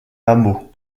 hameau